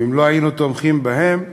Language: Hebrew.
ואם לא היינו תומכים בהם,